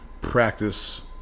practice